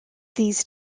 these